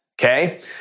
Okay